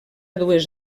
dues